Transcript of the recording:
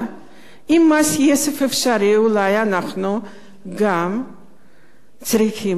אם מס יסף אפשרי, אולי אנחנו גם צריכים לקחת